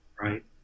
right